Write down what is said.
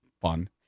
fun